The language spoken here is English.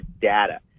data